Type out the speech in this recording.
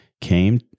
came